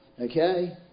Okay